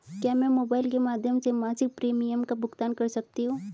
क्या मैं मोबाइल के माध्यम से मासिक प्रिमियम का भुगतान कर सकती हूँ?